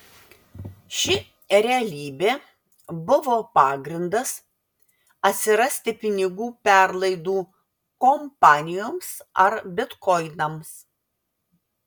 ši realybė buvo pagrindas atsirasti pinigų perlaidų kompanijoms ar bitkoinams